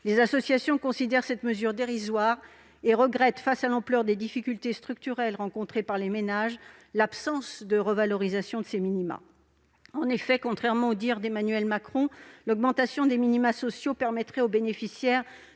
Les associations considèrent cette mesure comme dérisoire et regrettent, face à l'ampleur des difficultés structurelles rencontrées par les ménages, l'absence de revalorisation de ces minima. En effet, contrairement aux dires d'Emmanuel Macron, l'augmentation des minima sociaux permettrait aux bénéficiaires